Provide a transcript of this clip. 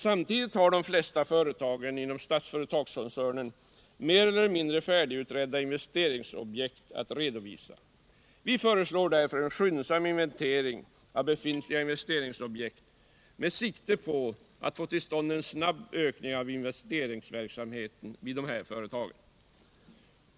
Samtidigt har de flesta företagen inom Statsföretagskoncernen mer eller mindre färdigutredda investeringsobjekt att redovisa. Vi föreslår därför en skyndsam inventering av befintliga investeringsprojekt med sikte på att få till stånd en snabb ökning av investeringsverksamheten vid dessa företag.